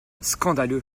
scandaleux